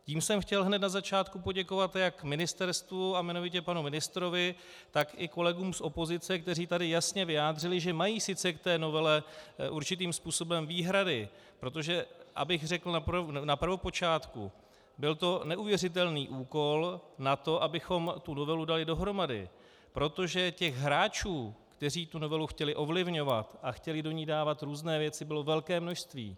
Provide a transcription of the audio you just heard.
Tím jsem chtěl hned na začátku poděkovat jak ministerstvu a jmenovitě panu ministrovi, tak i kolegům z opozice, kteří tady jasně vyjádřili, že mají sice k té novele určitým způsobem výhrady, protože abych řekl, na prvopočátku to byl neuvěřitelný úkol na to, abychom tu novelu dali dohromady, protože hráčů, kteří tu novelu chtěli ovlivňovat a chtěli do ní dávat různé věci, bylo velké množství.